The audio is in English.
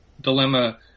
dilemma